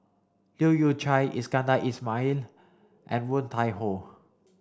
Leu Yew Chye Iskandar Ismail and Woon Tai Ho